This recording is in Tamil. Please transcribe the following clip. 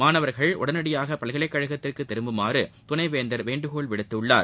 மாணவர்கள் உடனடியாக பல்கலைக் கழகத்திற்கு திரும்புமாறு துணைவேந்தர் வேண்டுகோள் விடுத்துள்ளார்